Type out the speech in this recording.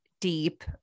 deep